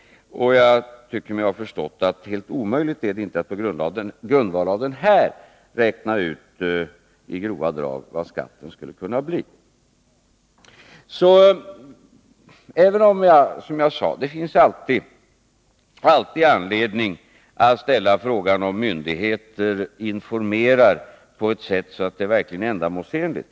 Jag tycker mig ha förstått att det inte är helt omöjligt att på grundval av denna broschyr i grova drag räkna ut vad skatten skulle kunna bli. Som jag sade finns det alltid anledning att ställa frågan om myndigheter informerar på ett sätt som är ändamålsenligt.